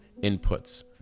inputs